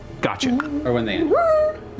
Gotcha